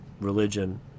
religion